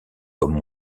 comme